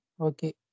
Okay